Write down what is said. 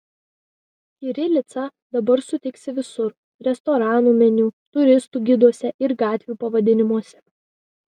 kirilicą dabar sutiksi visur restoranų meniu turistų giduose ir gatvių pavadinimuose